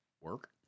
work